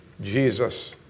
Jesus